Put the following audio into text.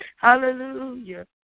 Hallelujah